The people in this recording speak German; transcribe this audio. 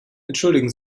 entschuldigen